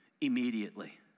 Immediately